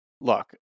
look